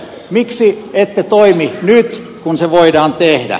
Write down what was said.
miksi ette toimi nyt kun se voidaan tehdä